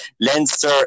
Leinster